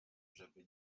żeby